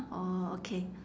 orh okay